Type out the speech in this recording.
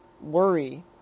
worry